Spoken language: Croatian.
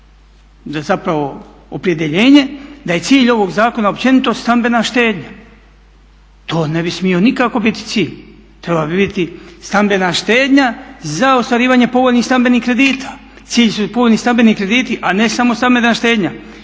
se opredjeljenje da je cilj ovog zakona općenito stambena štednja. To ne bi smio nikako biti cilj, trebala bi biti stambena štednja za ostvarivanje povoljnih stambenih kredita. Cilj su povoljni stambeni krediti a ne samo stambena štednja,